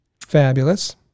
Fabulous